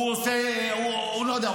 לא יודע,